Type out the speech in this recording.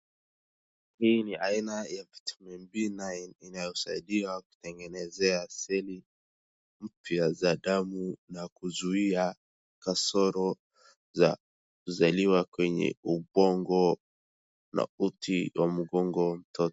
Hii ni aina ya Vitamin B9 inayosaidia kutengenezea cell mpya za damu na kuzuia kasoro za kuzaliwa kwenye ubongo na uti wa mgongo wa mtoto.